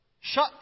shut